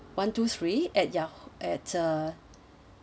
one two three at ya~ at uh